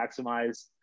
maximize